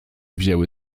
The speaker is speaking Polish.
wzięły